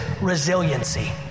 resiliency